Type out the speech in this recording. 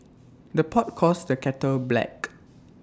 the pot calls the kettle black